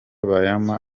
bayama